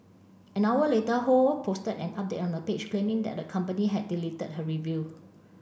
an hour later Ho posted an update on her page claiming that the company had deleted her review